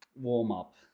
warm-up